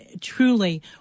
truly